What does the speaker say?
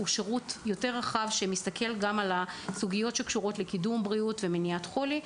אנחנו מסתכלים גם על קידום בריאות ומניעת חולי.